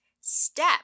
step